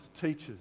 teachers